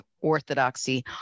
orthodoxy